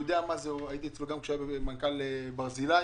הייתי אצלו גם כשהיה מנכ"ל בית חולים ברזילי.